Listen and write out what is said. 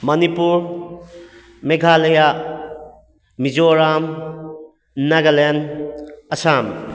Manipur Meghalaya Mizoram Nagaland Assam